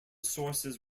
sources